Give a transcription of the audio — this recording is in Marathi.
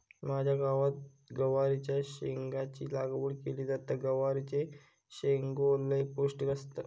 माझ्या गावात गवारीच्या शेंगाची लागवड केली जाता, गवारीचे शेंगो लय पौष्टिक असतत